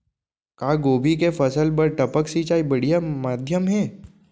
का गोभी के फसल बर टपक सिंचाई बढ़िया माधयम हे?